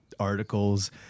articles